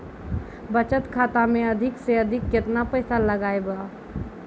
बचत खाता मे अधिक से अधिक केतना पैसा लगाय ब?